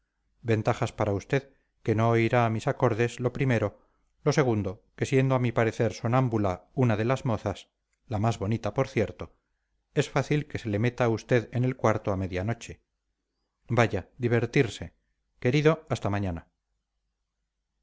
ventajas para usted que no oirá mis acordes lo primero lo segundo que siendo a mi parecer sonámbula una de las mozas la más bonita por cierto es fácil que se le meta a usted en el cuarto a media noche vaya divertirse querido hasta mañana